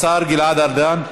השר גלעד ארדן,